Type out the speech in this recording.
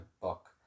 book